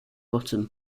bottom